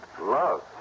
Love